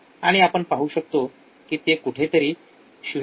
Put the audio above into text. आणि आपण पाहू शकतो की ते कुठेतरी ०